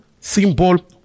symbol